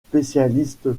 spécialiste